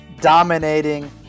dominating